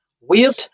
Weird